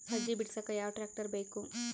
ಸಜ್ಜಿ ಬಿಡಸಕ ಯಾವ್ ಟ್ರ್ಯಾಕ್ಟರ್ ಬೇಕು?